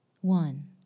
one